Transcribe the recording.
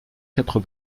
quatre